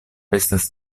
estas